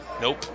Nope